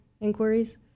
inquiries